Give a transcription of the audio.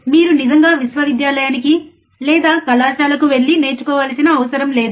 మీరు నిజంగా విశ్వవిద్యాలయానికి లేదా కశాలకు వెళ్లి నేర్చుకోవలసిన అవసరం లేదు